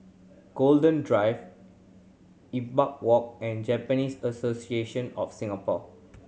Golden Drive Imbiah Walk and Japanese Association of Singapore